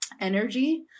energy